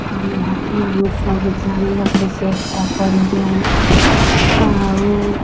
ଆମ ମତେ ଆମେ ସବୁ ଜାଣିବାକୁ ଚେଷ୍ଟା କରିବୁଁ ଆଉ